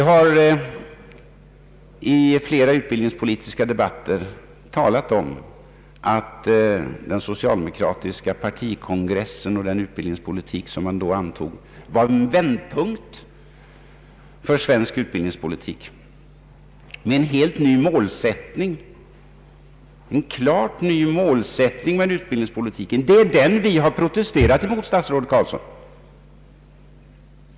Vi har i flera utbildningspolitiska debatter talat om att den socialdemokratiska partikongressen och den utbildningspolitik den antog var en vändpunkt med en helt ny målsättning för svensk utbildningspolitik. Det är den vi har protesterat mot, statsrådet Carlsson.